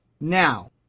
now